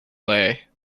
lay